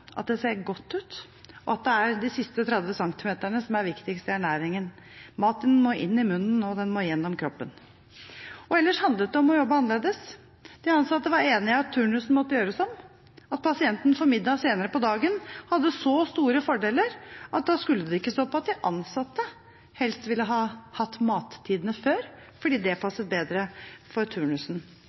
at det ser godt ut, og at det er de siste 30 centimeterne som er viktigst i ernæringen. Maten må inn i munnen, og den må gjennom kroppen. Ellers handlet det om å jobbe annerledes. De ansatte var enige i at turnusen måtte gjøres om. At pasienten fikk middag senere på dagen, hadde så store fordeler at da skulle det ikke stå på at de ansatte helst ville hatt mattidene før, fordi det passet bedre for turnusen.